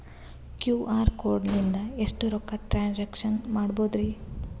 QR code ಲಿಂದ ಎಷ್ಟ ರೊಕ್ಕ ಟ್ರಾನ್ಸ್ಯಾಕ್ಷನ ಮಾಡ್ಬೋದ್ರಿ?